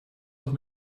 auch